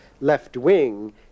left-wing